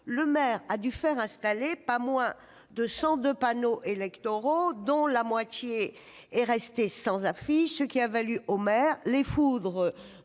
le maire a dû faire installer pas moins de 102 panneaux électoraux, dont la moitié est restée sans affiche, ce qui a valu au maire les foudres